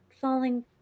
falling